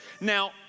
Now